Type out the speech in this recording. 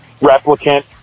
Replicant